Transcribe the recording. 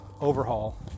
overhaul